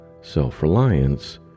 Self-reliance